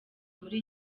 muri